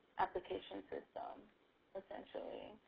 application system essentially.